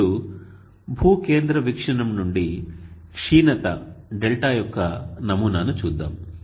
ఇప్పుడు భూ కేంద్ర వీక్షణం నుండి క్షీణత δ యొక్క నమూనాను చూద్దాం